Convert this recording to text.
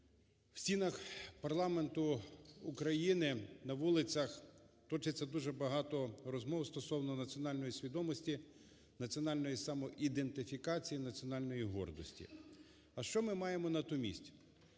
в стінах парламенту України, на вулицях точиться дуже багато розмов стосовно національної свідомості, національної самоідентифікації, національної гордості. А що ми маємо натомість?